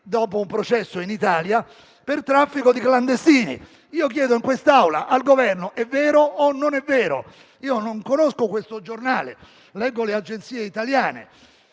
dopo un processo in Italia per traffico di clandestini. Chiedo, in quest'Aula, al Governo se ciò è vero o non è vero. Non conosco questo giornale. Leggo le agenzie italiane.